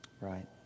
Right